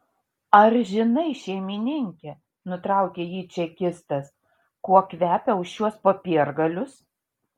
ar žinai šeimininke nutraukė jį čekistas kuo kvepia už šiuos popiergalius